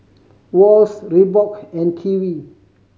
Wall's Reebok and Kiwi